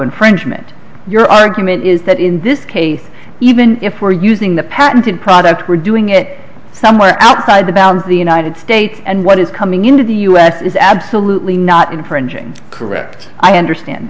infringement your argument is that in this case even if we're using the patented product we're doing it somewhere outside the bounds of the united states and what is coming into the us is absolutely not infringing correct i understand